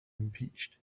impeached